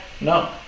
No